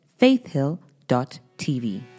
faithhill.tv